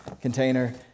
container